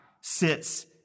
sits